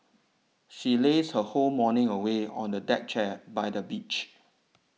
she lazed her whole morning away on a deck chair by the beach